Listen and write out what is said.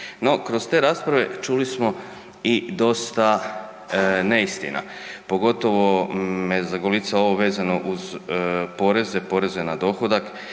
No kroz te rasprave čuli smo i dosta neistina, pogotovo me zagolicalo ovo vezano uz poreze, poreze na dohodak